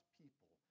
people